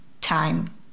time